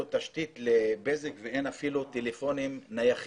תשתית לבז"ק ואין אפילו טלפונים נייחים.